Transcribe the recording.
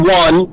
one